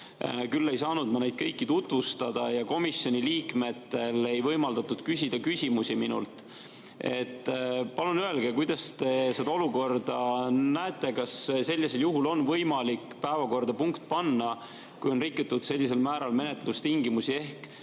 Küll ei saanud ma neid kõiki tutvustada ja komisjoni liikmetel ei võimaldatud küsida minult küsimusi. Palun öelge, kuidas te seda olukorda näete. Kas sellisel juhul on võimalik panna päevakorda punkt, kui on rikutud sellisel määral menetlustingimusi ehk